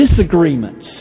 disagreements